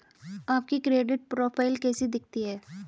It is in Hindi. आपकी क्रेडिट प्रोफ़ाइल कैसी दिखती है?